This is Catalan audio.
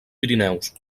pirineus